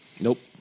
Nope